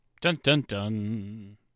Dun-dun-dun